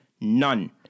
None